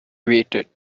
waited